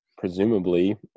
presumably